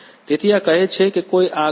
તેથી આ કહે છે કે કોઈ આગ નથી